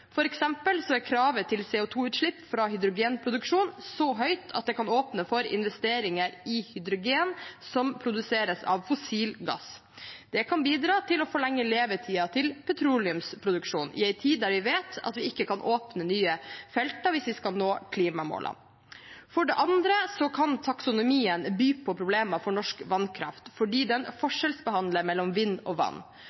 er kravet til CO 2 -utslipp fra hydrogenproduksjon så høyt at det kan åpne for investeringer i hydrogen som produseres av fossil gass. Det kan bidra til å forlenge levetiden til petroleumsproduksjon i en tid da vi vet at vi ikke kan åpne nye felt hvis vi skal nå klimamålene. For det andre kan taksonomien by på problemer for norsk vannkraft fordi den